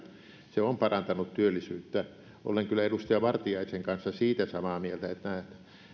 se on parantanut työllisyyttä olen kyllä edustaja vartiaisen kanssa siitä samaa mieltä vaikka työttömyys